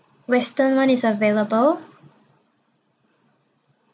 western one is available